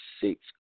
six